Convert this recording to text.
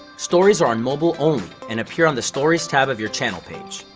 stories are on mobile only and appear on the stories tab of your channel page.